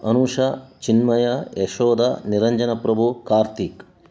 Anusha Chinmaya Yashoda Niranjana Prabhu Karthik